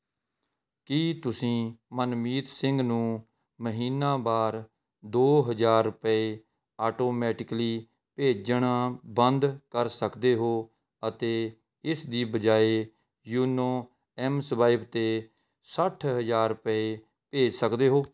ਕੀ ਤੁਸੀਂ ਮਨਮੀਤ ਸਿੰਘ ਨੂੰ ਮਹੀਨਾਵਾਰ ਦੋ ਹਜ਼ਾਰ ਰੁਪਏ ਆਟੋਮੈਟਿਕਲੀ ਭੇਜਣਾ ਬੰਦ ਕਰ ਸਕਦੇ ਹੋ ਅਤੇ ਇਸ ਦੀ ਬਜਾਏ ਯੋਨੋ ਐੱਮਸਵਾਇਪ 'ਤੇ ਸੱਠ ਹਜ਼ਾਰ ਰੁਪਏ ਭੇਜ ਸਕਦੇ ਹੋ